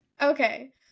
Okay